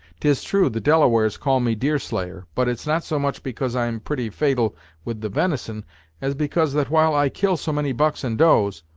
tis true, the delawares call me deerslayer, but it's not so much because i'm pretty fatal with the venison as because that while i kill so many bucks and does,